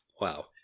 Wow